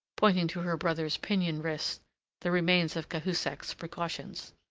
pointing to her brother's pinioned wrists the remains of cahusac's precautions.